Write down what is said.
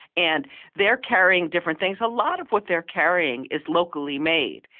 and they are carrying different things. a lot of what they are carrying is locally made,